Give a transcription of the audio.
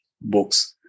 books